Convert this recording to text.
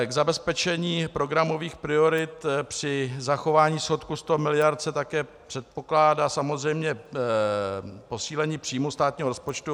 K zabezpečení programových priorit při zachování schodku 100 mld. se také předpokládá samozřejmě posílení příjmů státního rozpočtu.